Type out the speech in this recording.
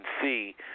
see